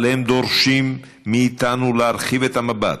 אבל הם דורשים מאיתנו להרחיב את המבט,